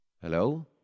Hello